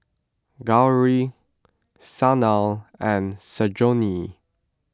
Gauri Sanal and